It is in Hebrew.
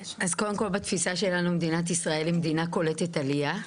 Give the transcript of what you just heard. אז קודם כל בתפיסה שלנו מדינת ישראל היא מדינה קולטת עלייה.